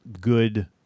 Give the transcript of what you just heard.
good